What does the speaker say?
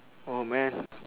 oh man